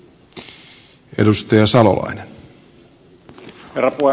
herra puhemies